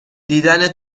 دیدن